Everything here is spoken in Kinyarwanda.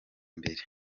imbere